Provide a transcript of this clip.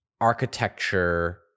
architecture